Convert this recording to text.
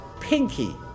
Pinky